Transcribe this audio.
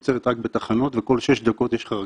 עוצרת רק בתחנות וכל שש דקות יש לך רכבת.